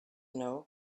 know